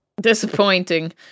Disappointing